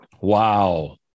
Wow